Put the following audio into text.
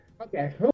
Okay